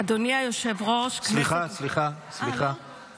אדוני היושב-ראש, כנסת נכבדה --- סליחה, סליחה.